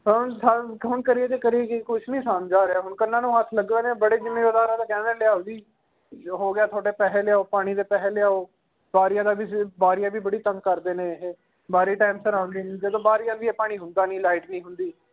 ਹੁਣ ਕਰੀਏ ਤਾਂ ਕਰੀਏ ਕੀ ਕੁਛ ਨਹੀਂ ਸਮਝ ਆ ਰਿਹਾ ਹੁਣ ਕੰਨਾਂ ਨੂੰ ਹੱਥ ਲੱਗੇ ਹੋਏ ਨੇ ਬੜੇ ਜ਼ਿੰਮੀਦਾਰਾਂ ਕਹਿਣਾ ਲਿਆਓ ਜੀ ਜੋ ਹੋ ਗਿਆ ਤੁਹਾਡੇ ਪੈਸੇ ਲਿਆਓ ਪਾਣੀ ਦੇ ਪੈਸੇ ਲਿਆਓ ਵਾਰੀਆਂ ਦਾ ਵੀ ਵਾਰੀਆਂ ਵੀ ਬੜੀ ਤੰਗ ਕਰਦੇ ਨੇ ਇਹ ਵਾਰੀ ਟਾਈਮ ਸਿਰ ਆਉਂਦੀ ਨਹੀਂ ਜਦੋਂ ਵਾਰੀ ਆਉਂਦੀ ਆ ਪਾਣੀ ਹੁੰਦਾ ਨਹੀਂ ਲਾਈਟ ਨਹੀਂ ਹੁੰਦੀ